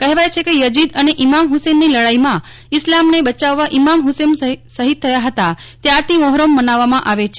કહેવાય છે કે યજીદ અને ઇમામ હુસેનની લડાઇમાં ઇસ્લામને બચાવવા ઇમામ હુસેન શહીદ થયા ત્યારથી મોહરમ મનાવવામાં આવે છે